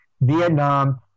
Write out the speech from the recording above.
Vietnam